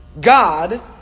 God